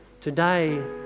Today